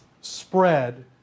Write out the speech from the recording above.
spread